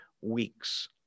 weeks